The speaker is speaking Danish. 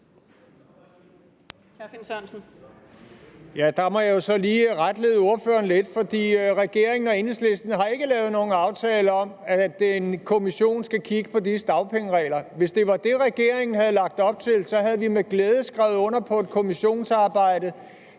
Der må jeg så lige retlede ordføreren lidt, for regeringen og Enhedslisten har ikke lavet nogen aftale om, at en kommission skal kigge på de dagpengeregler. Hvis det var det, regeringen havde lagt op til, havde vi med glæde skrevet under på at få et kommissionsarbejde,